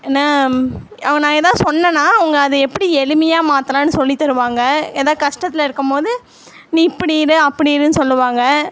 நான் அவங்க நான் ஏதாவது சொன்னேன்னா அவங்க அதை எப்படி எளிமையா மாற்றலான்னு சொல்லித் தருவாங்க எதாவது கஷ்டத்தில் இருக்கும் போது நீ இப்படி இரு அப்படி இருன்னு சொல்லுவாங்கள்